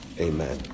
Amen